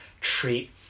treat